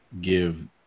give